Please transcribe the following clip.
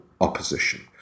opposition